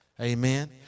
amen